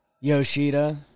Yoshida